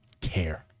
care